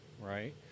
right